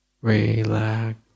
Relax